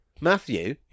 Matthew